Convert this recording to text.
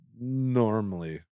normally